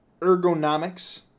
ergonomics